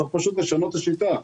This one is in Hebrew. צריך פשוט לשנות את השיטה.